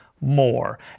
more